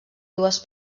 dues